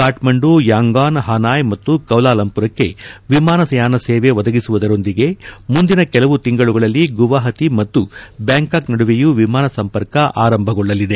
ಕಾಕ್ಸಂಡು Yangon Hanoi ಮತ್ತು ಕೌಲಾಲಂಪುರಕ್ಕೆ ವಿಮಾನ ಸೇವೆ ಒದಗಿಸುವುದರೊಂದಿಗೆ ಮುಂದಿನ ಕೆಲವು ತಿಂಗಳುಗಳಲ್ಲಿ ಗುವಾಹಟಿ ಮತ್ತು ಬ್ಯಾಂಕಾಂಕ್ ನಡುವೆಯೂ ವಿಮಾನ ಸಂಪರ್ಕ ಆರಂಭಗೊಳ್ಳಲಿದೆ